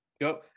Go